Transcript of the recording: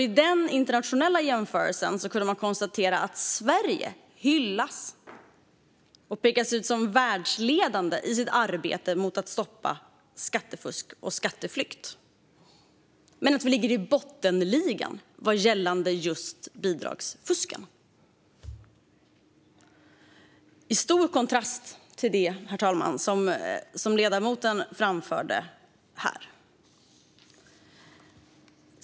I denna internationella jämförelse kunde man konstatera att Sverige hyllades och pekades ut som världsledande i arbetet med att stoppa skattefusk och skatteflykt men att Sverige låg i botten gällande just bidragsfusket. Detta står i stark kontrast, herr talman, till det som ledamoten framförde.